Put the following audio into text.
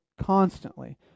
constantly